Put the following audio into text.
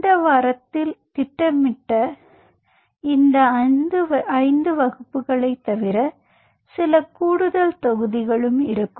இந்த வாரத்தில் திட்டமிடப்பட்ட இந்த 5 வகுப்புகளைத் தவிர சில கூடுதல் தொகுதிகள் இருக்கும்